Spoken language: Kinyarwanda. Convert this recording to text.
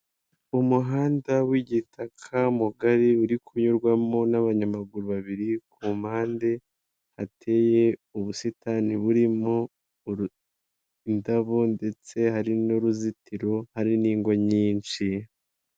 Umuhanda w'igitaka mugari uri kunyurwamo n'abanyamaguru babiri, ku mpande hateye ubusitani burimo uru indabo ndetse hari n'uruzitiro hari n'ingo nyinshi.